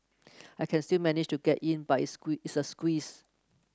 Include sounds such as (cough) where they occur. I can still manage to get in but it's (unintelligible) it's a squeeze